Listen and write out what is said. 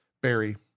Barry